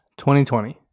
2020